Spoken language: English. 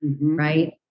right